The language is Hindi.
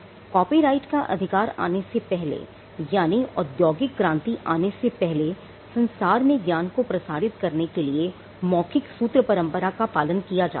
कॉपीराइट का अधिकार आने से पहले यानी औद्योगिक क्रांति आने से पहले संसार में ज्ञान को प्रसारित करने के लिए मौखिक सूत्र परंपरा का पालन किया जाता था